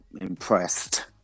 impressed